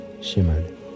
shimmered